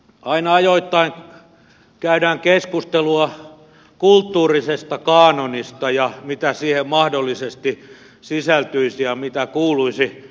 aina ajoittain käydään keskustelua kulttuurisesta kaanonista ja siitä mitä siihen mahdollisesti sisältyisi ja mitä kuuluisi